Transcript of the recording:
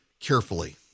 carefully